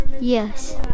Yes